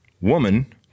woman